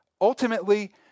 Ultimately